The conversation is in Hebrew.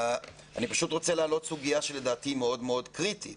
אני פשוט רוצה להעלות סוגיה שלדעתי היא מאוד מאוד קריטית